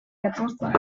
язгууртан